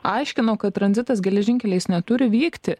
aiškino kad tranzitas geležinkeliais neturi vykti